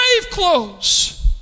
clothes